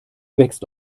wächst